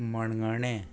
मणगणें